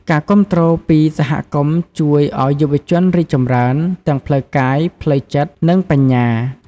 ការគាំទ្រពីសហគមន៍ជួយ ឱ្យយុវជនរីកចម្រើន ទាំងផ្លូវកាយ ផ្លូវចិត្ត និងបញ្ញា។